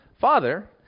Father